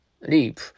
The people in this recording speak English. leap